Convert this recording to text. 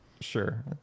sure